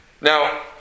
Now